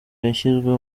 yashyizwe